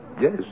yes